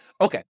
Okay